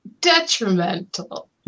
detrimental